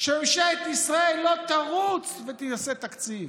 ממשלת ישראל לא תרוץ ותעשה תקציב.